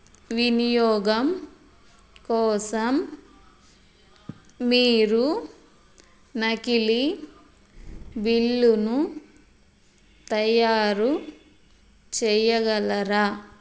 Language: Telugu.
వినియోగం కోసం మీరు నకిలీ బిల్లును తయారు చేయగలరా